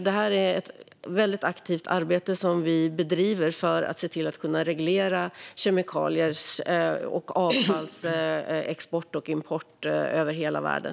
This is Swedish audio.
Det är ett mycket aktivt arbete som vi bedriver för att se till att vi ska kunna reglera export och import av kemikalier och avfall över hela världen.